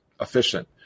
efficient